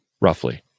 roughly